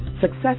Success